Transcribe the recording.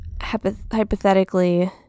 hypothetically